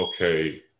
okay